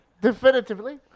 definitively